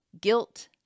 guilt